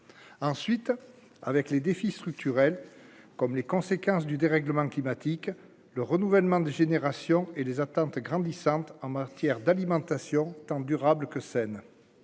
ensuite avec les défis structurels, comme les conséquences du dérèglement climatique, le renouvellement des générations et les attentes grandissantes en matière d'alimentation durable que Seine